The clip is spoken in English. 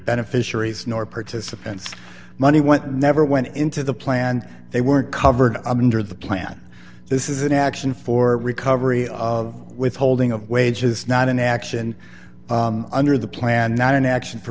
beneficiaries nor participants money went never went into the plan they weren't covered under the plan this is an action for recovery of withholding of wages not an action under the plan not an action for